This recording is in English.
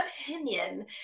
opinion